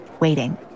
waiting